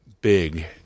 big